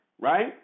right